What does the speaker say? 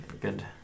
good